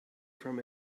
from